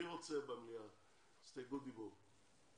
מי רוצה הסתייגות דיבור במליאה?